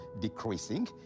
decreasing